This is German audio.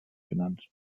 genannt